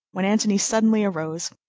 when antony suddenly arose,